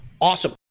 Awesome